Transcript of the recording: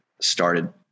started